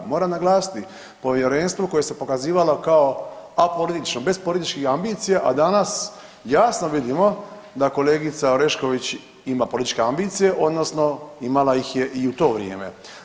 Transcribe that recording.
Moram naglasiti povjerenstvo koje se pokazivalo kao apolitično bez političkih ambicija, a danas jasno vidimo da kolegica Orešković ima političke ambicije odnosno imala ih je i u to vrijeme.